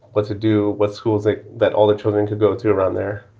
what to do with schools like that. all the children to go through around there.